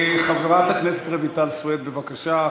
חברת הכנסת רויטל סויד, בבקשה.